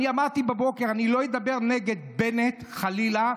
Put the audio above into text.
אני אמרתי בבוקר: אני לא אדבר על בנט, חלילה.